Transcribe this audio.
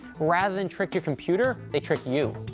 rather than trick your computer, they trick you.